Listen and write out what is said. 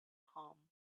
home